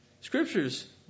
Scriptures